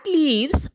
leaves